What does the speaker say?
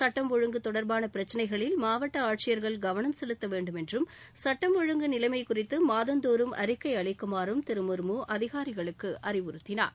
சுட்டம் ஒழுங்கு தொடர்பான பிரச்சினைகளில் மாவட்ட ஆட்சியர்கள் கவனம் செலுத்த வேண்டும் என்றும் சட்டம் ஒழுங்கு நிலை குறித்து மாதந்தோறும் அறிக்கை அளிக்குமாறும் திரு முன்மூ அதிகாரிகளுக்கு அறிவுறுத்தினார்